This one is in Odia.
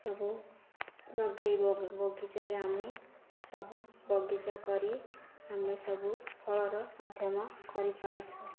ସବୁ ଲଗେଇ ବଗିଚାରେ ଆମେ ସବୁ ବଗିଚା କରି ଆମେ ସବୁ ଫଳର ମାଧ୍ୟମ କରିପାରୁଛୁ